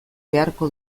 beharko